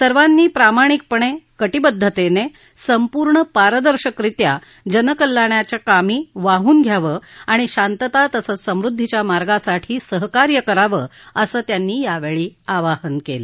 सर्वांनी प्रामाणिकपणे कटिद्वतेने संपूर्ण पारदर्शकरित्या जनकल्याणाच्या कामी वाहून घ्यावं आणि शांतता तसंच समृद्धिच्या मार्गासाठी सहकार्य करावं असं त्यांनी आवाहन केलं